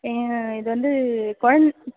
இது வந்து கொழந்தை